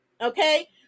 Okay